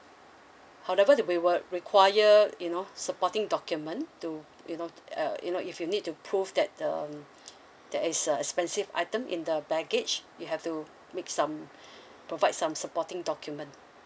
however the we will require you know supporting document to you know uh you know if you need to prove that um there is a expensive item in the baggage you have to make some provide some supporting document